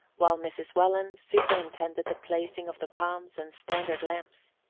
while mrs. welland superintended the placing of the palms and standard lamps.